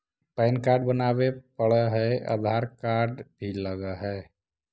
Pan card बनावे पडय है आधार कार्ड भी लगहै?